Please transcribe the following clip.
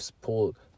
pulled